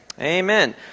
Amen